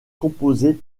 composée